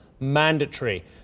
Mandatory